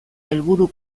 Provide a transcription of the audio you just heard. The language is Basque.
helburu